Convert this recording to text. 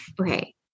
Okay